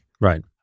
Right